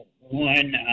one